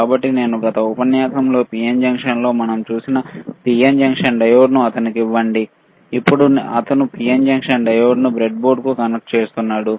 కాబట్టి నేను గత ఉపన్యాసంలో పిఎన్ జంక్షన్లో మనం చూసిన పిఎన్ జంక్షన్ డయోడ్ను అతనికి ఇవ్వడం ఇప్పుడు అతను పిఎన్ జంక్షన్ డయోడ్ను బ్రెడ్బోర్డ్కు కనెక్ట్ చేస్తున్నాడు